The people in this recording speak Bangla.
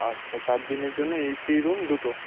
আচ্ছা চার দিনের জন্য এসি রুম দুটো